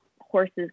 horses